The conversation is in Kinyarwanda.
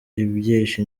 ibyihishe